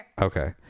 Okay